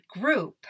group